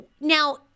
Now